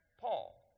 Paul